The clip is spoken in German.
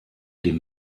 dem